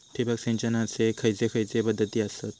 ठिबक सिंचनाचे खैयचे खैयचे पध्दती आसत?